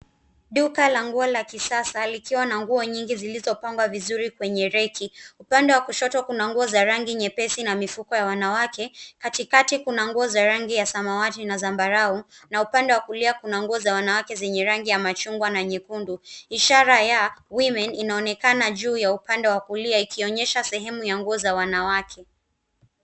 Ndani ya lango la kisasa, kuna nguo nyingi zilizopangwa vizuri kwenye rafu. Upande wa kushoto kuna nguo za rangi ya nyeupe na mifuko ya wanawake, katikati kuna nguo za rangi ya samawati na zambarau, na upande wa kulia kuna nguo za wanawake zenye rangi ya machungwa na nyekundu. Ishara ya wanawake inaonekana juu ya upande wa kulia.